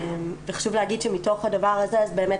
וחשוב להגיד שמתוך הדבר הזה אז באמת